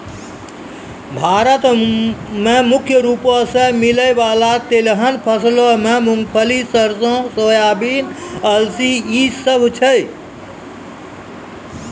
भारत मे मुख्य रूपो से मिलै बाला तिलहन फसलो मे मूंगफली, सरसो, सोयाबीन, अलसी इ सभ छै